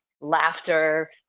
laughter